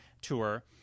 tour